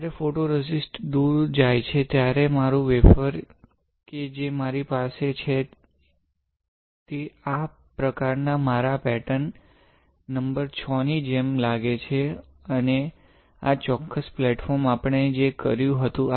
જ્યારે ફોટોરેઝિસ્ટ દુર જાય છે ત્યારે મારું વેફર કે જે મારી પાસે છે તે આ પ્રકારના મારા પેટર્ન નંબર VI ની જેમ લાગે છે અને આ ચોક્કસ પ્લેટફોર્મ આપણે જે કર્યું હતું